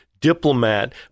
diplomat